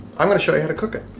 i'm gonna show you how to cook it.